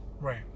Right